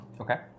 Okay